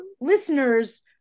listeners